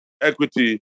equity